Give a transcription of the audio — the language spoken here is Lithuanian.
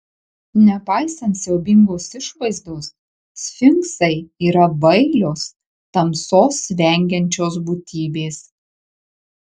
nepaisant siaubingos išvaizdos sfinksai yra bailios tamsos vengiančios būtybės